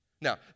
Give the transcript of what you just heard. now